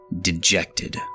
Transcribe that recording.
dejected